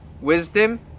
wisdom